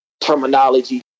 Terminology